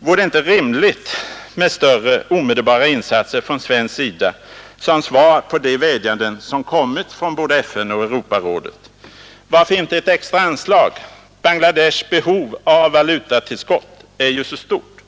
Vore det inte rimligt med större omedelbara insatser från svensk sida — som svar på de vädjanden som kommit från både FN och Europarådet? Varför inte extra anslag? — Bangladeshs behov av valutatillskott är ju så stort.